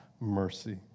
mercy